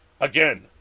Again